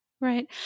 Right